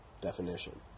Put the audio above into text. definition